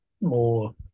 more